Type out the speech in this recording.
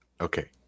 Okay